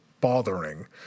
bothering